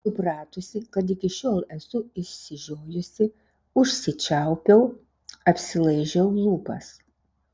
supratusi kad iki šiol esu išsižiojusi užsičiaupiau apsilaižiau lūpas